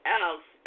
else